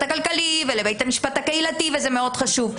הכלכלי ולבית המשפט הקהילתי וזה מאוד חשוב.